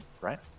right